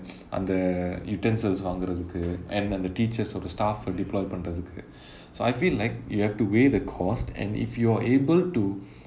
அந்த:antha utensils வாங்குறதுக்கு:vaangurathukku and அந்த:antha teachers and the staff deploy பண்றதுக்கு:pandrathukku so I feel like you have to weigh the cost and if you are able to